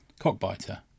Cockbiter